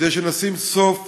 כדי שנשים סוף